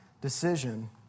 decision